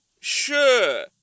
Sure